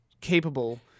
capable